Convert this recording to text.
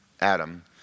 Adam